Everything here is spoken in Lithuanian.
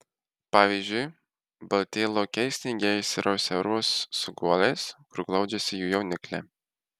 pavyzdžiui baltieji lokiai sniege išsirausia urvus su guoliais kur glaudžiasi jų jaunikliai